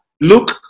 look